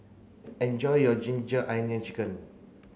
enjoy your ginger onion chicken